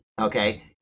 Okay